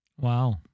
Wow